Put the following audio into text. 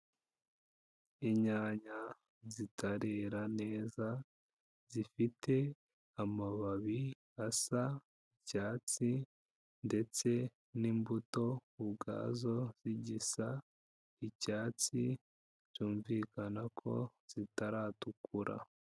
Inyanya zitarera neza, zifite amababi asa icyatsi ndetse n'imbuto ubwazo zigisa icyatsi, byumvikana ko zitaratukura.